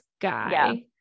guy